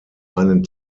einen